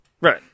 right